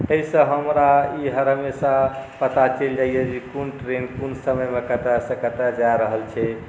एहिसँ हमरा ई हर हमेशा पता चलि जाइए जे कोन ट्रेन कोन समयमे कतयसँ कतय जा रहल छै